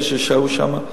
אלה ששהו שם,